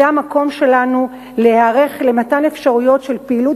זה המקום שלנו להיערך למתן אפשרויות של פעילות